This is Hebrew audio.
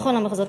בכל המחוזות.